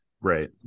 right